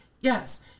Yes